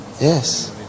yes